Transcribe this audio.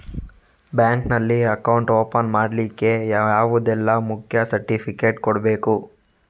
Bank ನಲ್ಲಿ account open ಮಾಡ್ಲಿಕ್ಕೆ ಯಾವುದೆಲ್ಲ ಮುಖ್ಯ ಸರ್ಟಿಫಿಕೇಟ್ ಕೊಡ್ಬೇಕು?